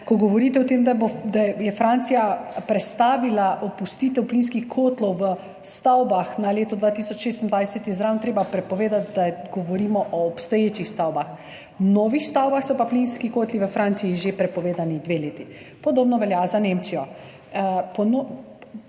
Ko govorite o tem, da je Francija prestavila opustitev plinskih kotlov v stavbah na leto 2026, je zraven treba povedati, da govorimo o obstoječih stavbah. V novih stavbah so pa plinski kotli v Franciji prepovedani že dve leti. Podobno velja za Nemčijo,